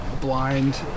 blind